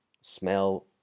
smell